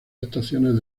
estaciones